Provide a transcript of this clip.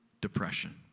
depression